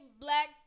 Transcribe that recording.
black